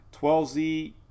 12Z